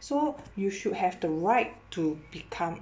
so you should have the right to become